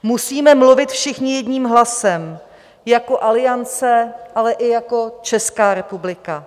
Musíme mluvit všichni jedním hlasem jako Aliance, ale i jako Česká republika.